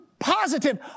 Positive